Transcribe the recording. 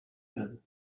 them